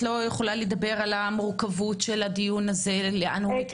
למה את לא יכולה לדבר על מורכבות הדיון הזה ולאן הוא מתקדם?